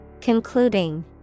Concluding